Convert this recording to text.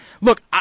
look